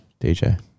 DJ